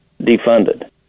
defunded